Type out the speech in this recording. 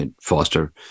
foster